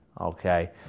okay